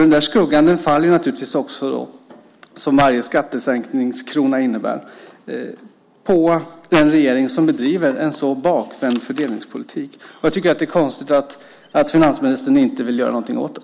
Den där skuggan som varje skattesänkningskrona innebär faller naturligtvis också på den regering som bedriver en så bakvänd fördelningspolitik. Jag tycker att det är konstigt att finansministern inte vill göra något åt det.